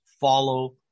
Follow